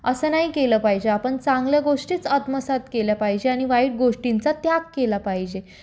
असं नाही केलं पाहिजे आपण चांगल्या गोष्टीच आत्मसात केल्या पाहिजे आणि वाईट गोष्टींचा त्याग केला पाहिजे